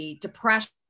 depression